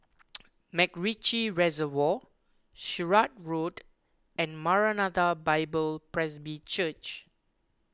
MacRitchie Reservoir Sirat Road and Maranatha Bible Presby Church